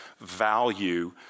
value